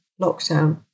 lockdown